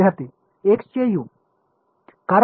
विद्यार्थी एक्स चे यू